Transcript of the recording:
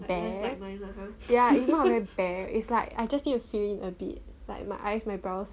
bare ya it's not very bare it's like I just need to fill in a bit like my eyes my brows